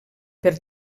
per